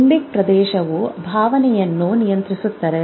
limbic ಪ್ರದೇಶವು ಭಾವನೆಯನ್ನು ನಿಯಂತ್ರಿಸುತ್ತದೆ